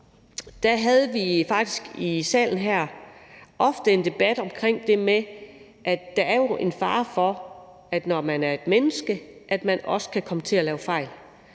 år siden faktisk i salen her ofte havde en debat omkring det med, at der jo er en fare for, at man, når man er et menneske, også kan komme til at lave fejl.